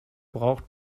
braucht